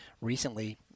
recently